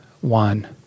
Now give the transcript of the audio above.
one